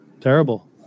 Terrible